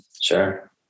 Sure